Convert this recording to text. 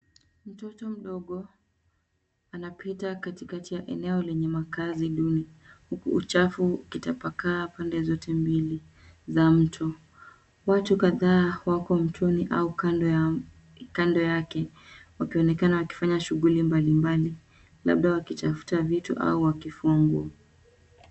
Mtoto mdogo, anapita katikati ya eneo lenye makazi duni, huku uchafu ukitapakaa pande zote mbili za mto. Watu kadhaa wako mtoni, au kando ya m, kando yake, wakionekana wakifanya shughuli mbalimbali, labda wakitafuta vitu, au wakifua nguo.